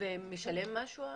הקשיש משלם משהו?